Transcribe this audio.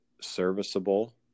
serviceable